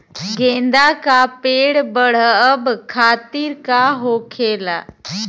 गेंदा का पेड़ बढ़अब खातिर का होखेला?